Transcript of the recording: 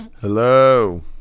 Hello